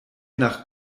nach